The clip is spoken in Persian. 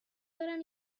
دارم